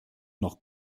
noch